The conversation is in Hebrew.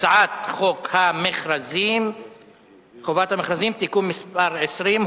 הצעת חוק חובת המכרזים (תיקון מס' 20,